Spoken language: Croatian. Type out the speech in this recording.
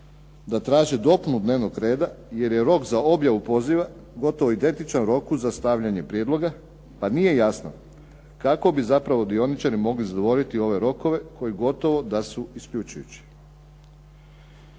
da traže dopunu dnevnog reda jer je rok za objavu poziva gotovo identičan roku za stavljanje prijedloga pa nije jasno kako bi zapravo dioničari mogli zadovoljiti ove rokove koji gotovo da su isključujući.